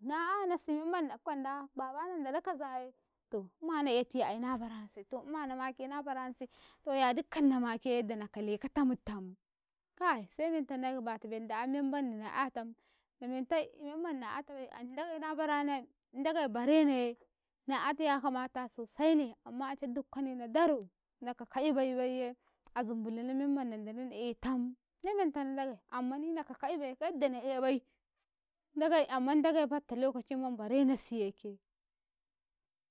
na 'yanasi memman na ɗafka inda baɗnau nandala kazayeto uma aeti aye na baranasi toumanamake na baranasi to yaddi kanna make yadda na kale katimitau kai se menta na bata mendaain memmandi na'yatan na mentau memman na 'yatabai an ndagai na barana ndagai baren aye na 'yata yakama sosaine amma ance dukkane na daro naka ka'ibai bayye azumbunna memman nandala na aetam se menta nandagai ammani naka ka'ibai yadda na aebai ndagai, amman ndagai fatta lokaciman barenasiye ke.